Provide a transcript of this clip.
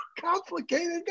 complicated